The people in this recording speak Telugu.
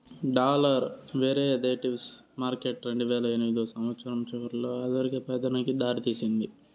డాలర్ వెరీదేటివ్స్ మార్కెట్ రెండువేల ఎనిమిదో సంవచ్చరం చివరిలో ఆర్థిక పతనానికి దారి తీసింది